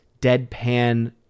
deadpan